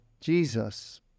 Jesus